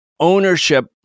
ownership